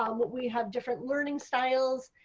um but we have different learning styles.